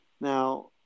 Now